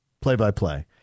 play-by-play